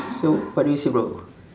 so what do you see bro